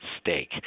stake